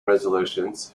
resolutions